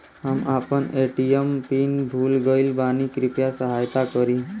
हम आपन ATM PIN भूल गईल बानी कृपया सहायता करी